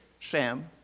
Sam